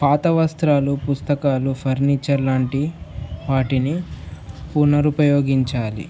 పాత వస్త్రాలు పుస్తకాలు ఫర్నిచర్ లాంటి వాటిని పునరుపయోగించాలి